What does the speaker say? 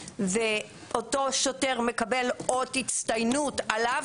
ואותו שוטר מקבל אות הצטיינות על אף